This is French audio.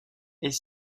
est